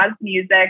music